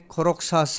Koroksa